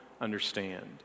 understand